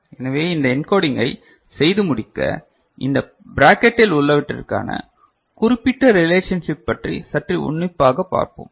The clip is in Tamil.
எனவே இந்த என்கோடிங்கை செய்து முடிக்க இந்த பிராக்கெட்டில் உள்ளவற்றிற்கான குறிப்பிட்ட ரிலேஷன்ஷிப் பற்றி சற்று உன்னிப்பாக பார்ப்போம்